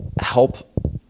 help